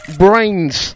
brains